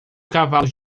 cavalos